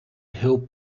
hill